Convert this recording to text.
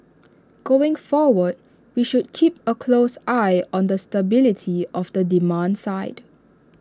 going forward we should keep A close eye on the stability of the demand side